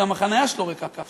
וגם החניה שלו ריקה.